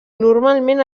normalment